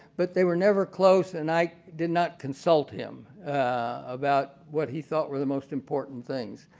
but they were never close and ike did not consult him about what he felt were the most important things.